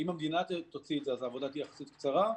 אם המדינה תוציא את זה, העבודה תהיה יחסית קצרה.